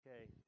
Okay